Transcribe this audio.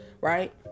right